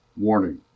Warning